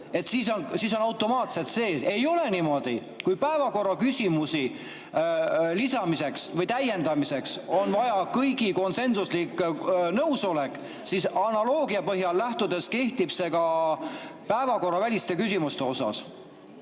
siis on see automaatselt sees. Ei ole niimoodi! Kui päevakorraküsimuste lisamiseks või täiendamiseks on vaja kõigi konsensuslikku nõusolekut, siis analoogiast lähtudes kehtib see ka päevakorraväliste küsimuste kohta.